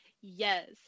yes